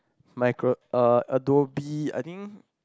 micro uh Adobe I think